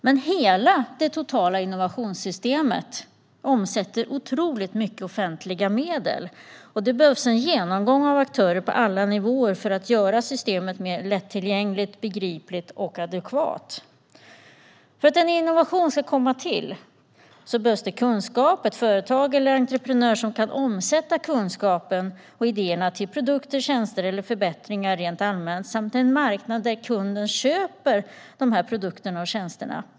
Men hela det totala innovationssystemet omsätter en stor mängd offentliga medel, och det behövs en genomgång av aktörer på alla nivåer för att göra systemet mer lättillgängligt, begripligt och adekvat. För att en innovation ska komma till stånd behövs kunskap och ett företag eller en entreprenör som kan omsätta kunskapen och idéerna till produkter, tjänster eller förbättringar rent allmänt samt en marknad där kunden köper produkterna och tjänsterna.